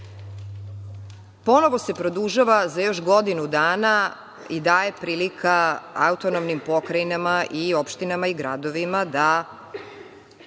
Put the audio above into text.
ponovo se produžava za još godinu dana i daje prilika autonomnim pokrajinama i opštinama i gradovima da